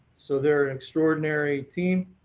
so they're extraordinary team.